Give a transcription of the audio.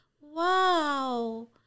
wow